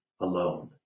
alone